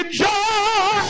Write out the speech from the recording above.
joy